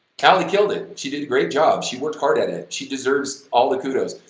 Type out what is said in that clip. alli killed it, she did a great job, she worked hard at it, she deserves all the kudos,